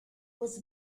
was